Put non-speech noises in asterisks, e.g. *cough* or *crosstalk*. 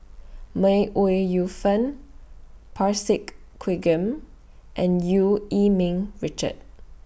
May Ooi Yu Fen Parsick *unintelligible* and EU Yee Ming Richard